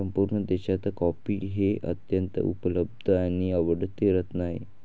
संपूर्ण देशात कॉफी हे अत्यंत उपलब्ध आणि आवडते रत्न आहे